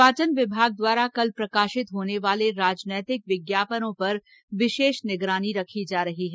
निर्वाचन विभाग द्वारा कल प्रकाशित होने वाले राजनैतिक विज्ञापनों पर विशेष निगरानी रखी जा रही है